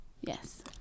Yes